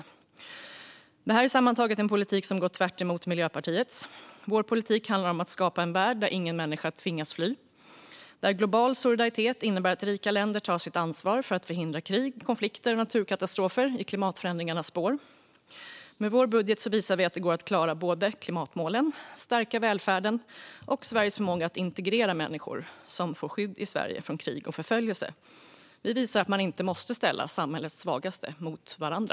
Sammantaget är detta en politik som går tvärtemot Miljöpartiets. Vår politik handlar om att skapa en värld där ingen människa tvingas fly och där global solidaritet innebär att rika länder tar sitt ansvar för att förhindra krig, konflikter och naturkatastrofer i klimatförändringarnas spår. Med vår budget visar vi att det går att klara klimatmålen, stärka välfärden och stärka Sveriges förmåga att integrera människor som får skydd i Sverige från krig och förföljelse. Vi visar att man inte måste ställa samhällets svagaste mot varandra.